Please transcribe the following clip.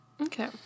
Okay